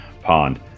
pond